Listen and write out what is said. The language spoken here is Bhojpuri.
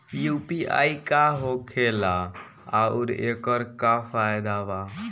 यू.पी.आई का होखेला आउर एकर का फायदा बा?